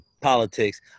politics